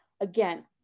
again